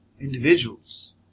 individuals